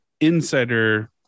insider